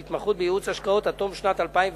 מהתמחות בייעוץ השקעות עד תום שנת 2010 בלבד.